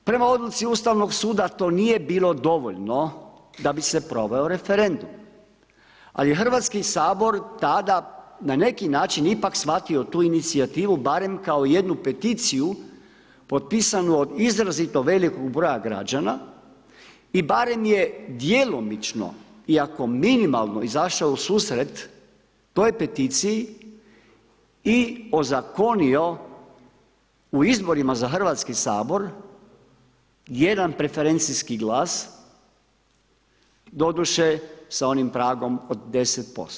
Prema odluci Ustavnog suda to nije bilo dovoljno da bi se proveo referendum, ali je Hrvatski sabor tada na neki način ipak shvatio tu inicijativu barem kao jednu peticiju potpisanu od izrazito velikog broja građana i barem je djelomično iako minimalno izašao u susret toj peticiji i ozakonio u izborima za Hrvatski sabor jedan preferencijski glas, doduše sa onim pragom od 10%